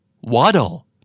Waddle